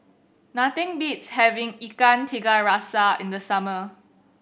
nothing beats having Ikan Tiga Rasa in the summer